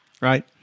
Right